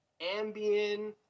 Ambien